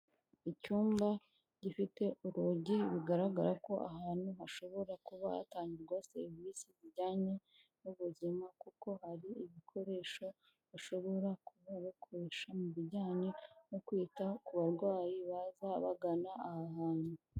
Icyumba gifite urugi bigaragara ko ahantu hashobora kuba hatangirwa serivisi zijyanye n'ubuzima, kuko hari ibikoresho bashobora gukoresha mu bijyanye no kwita ku barwayi baza bagana aha hantu.